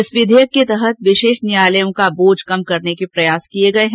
इस विधेयक के तहत विशेष न्यायालयों का बोझ कम करने के प्रयास किये गये हैं